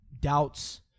doubts